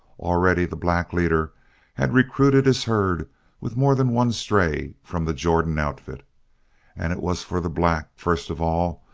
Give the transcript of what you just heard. already the black leader had recruited his herd with more than one stray from the jordan outfit and it was for the black, first of all,